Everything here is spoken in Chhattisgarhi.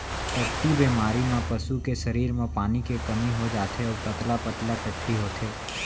टट्टी बेमारी म पसू के सरीर म पानी के कमी हो जाथे अउ पतला पतला टट्टी होथे